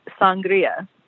sangria